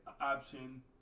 option